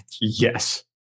Yes